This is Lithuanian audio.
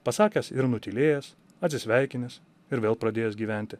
pasakęs ir nutylėjęs atsisveikinęs ir vėl pradėjęs gyventi